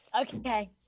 Okay